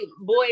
boy